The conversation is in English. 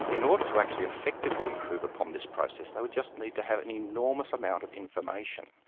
in order to actually effectively improve upon this process, they would just need to have an enormous amount of information.